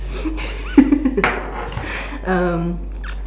um